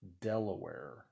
Delaware